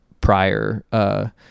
prior